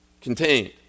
contained